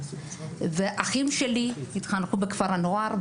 אחים שלי התחנכו בכפר נוער,